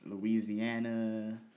Louisiana